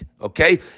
Okay